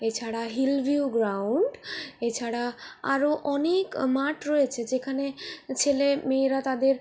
এছাড়া hillview ground এছাড়া আরও অনেক মাঠ রয়েছে যেখানে ছেলে মেয়েরা তাদের